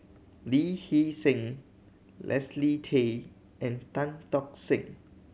Lee Hee Seng Leslie Tay and Tan Tock Seng